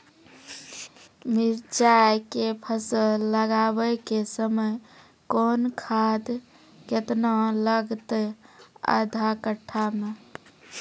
मिरचाय के फसल लगाबै के समय कौन खाद केतना लागतै आधा कट्ठा मे?